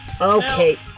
Okay